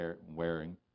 wearing